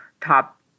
top